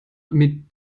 mit